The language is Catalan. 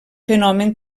fenomen